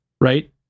Right